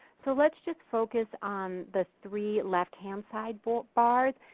so lets just focus on the three left-hand side but bars.